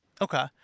Okay